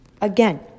Again